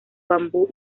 bambú